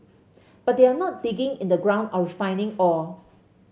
but they're not digging in the ground or refining ore